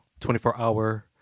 24-hour